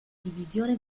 divisione